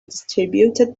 distributed